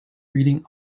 reading